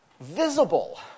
visible